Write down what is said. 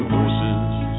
Horses